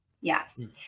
Yes